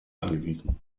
angewiesen